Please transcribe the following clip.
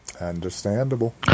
Understandable